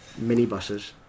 minibuses